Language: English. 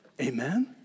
Amen